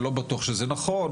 אני לא בטוח שזה נכון,